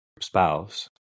spouse